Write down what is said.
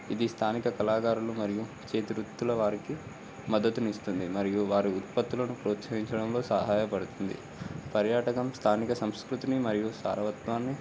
ఇది స్థానిక కళాకారులు మరియు చేతివృత్తుల వారికి మద్దతుని ఇస్తుంది మరియు వారి ఉత్పత్తులను ప్రోత్సహించడంలో సహాయపడుతుంది పర్యాటకం స్థానిక సంస్కృతిని మరియు సారవత్వాన్ని